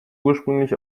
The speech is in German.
ursprünglich